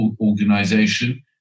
organization